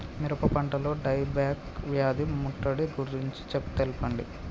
మిరప పంటలో die back వ్యాధి ముట్టడి గురించి తెల్పండి?